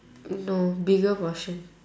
no bigger portion